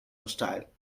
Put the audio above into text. hostile